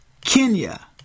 Kenya